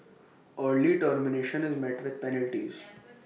early termination is met with penalties